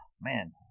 man